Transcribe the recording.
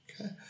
Okay